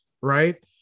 Right